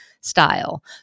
style